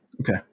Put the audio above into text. Okay